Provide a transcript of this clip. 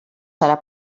serà